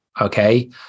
okay